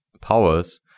powers